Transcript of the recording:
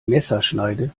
messerschneide